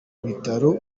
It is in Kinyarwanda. bitaro